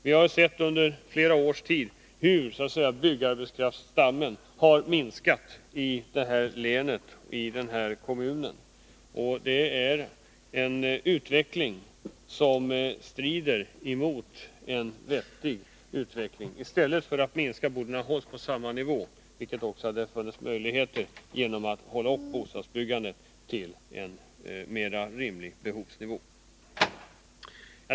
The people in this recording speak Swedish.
Vi har under flera års tid sett hur byggarbetarstammen har minskat i länet och kommunen, och det strider mot en vettig utveckling. I stället för att minskas borde den ha hållits på samma nivå, vilket också hade varit möjligt om byggandet hade tillåtits svara mot rimliga behov.